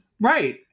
Right